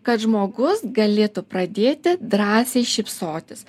kad žmogus galėtų pradėti drąsiai šypsotis